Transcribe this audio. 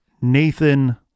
Nathan